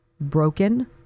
Broken